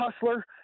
hustler